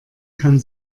kann